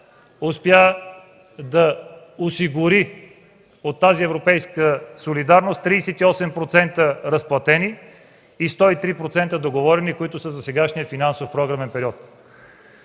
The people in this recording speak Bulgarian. успя да осигури по тази европейска солидарност 38% разплатени и 103% договорени, които са за сегашният финансов програмен период.